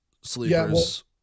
sleepers